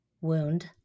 wound